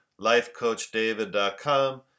lifecoachdavid.com